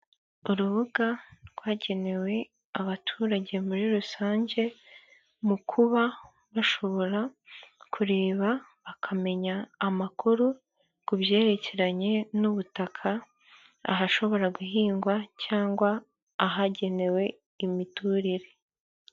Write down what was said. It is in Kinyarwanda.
Urubuga rwagenewe abaturage muri rusange, mu kuba bashobora kureba bakamenya amakuru ku byerekeranye n'ubutaka, ahashobora guhingwa cyangwa ahagenewe imiturire.